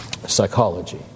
Psychology